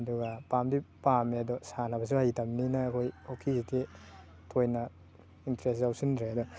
ꯑꯗꯨꯒ ꯄꯥꯝꯗꯤ ꯄꯥꯝꯃꯦ ꯑꯗꯣ ꯁꯥꯟꯅꯕꯁꯨ ꯍꯩꯇꯕꯅꯤꯅ ꯑꯩꯈꯣꯏ ꯍꯣꯀꯤꯁꯤꯗꯤ ꯊꯣꯏꯅ ꯏꯟꯇ꯭ꯔꯦꯁ ꯌꯥꯎꯁꯤꯟꯗ꯭ꯔꯦꯗ